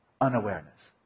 unawareness